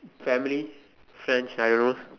family friends I don't know